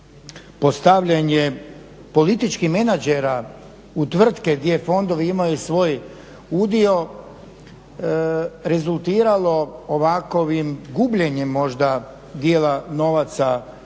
postavljanje političkih menadžera u tvrtke gdje fondovi imaju svoj udio rezultiralo ovakovim gubljenjem dijela novaca?